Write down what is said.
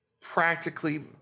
practically